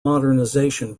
modernization